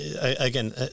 again